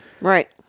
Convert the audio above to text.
Right